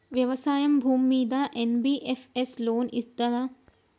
వ్యవసాయం భూమ్మీద NBFS loan ఇస్తదా?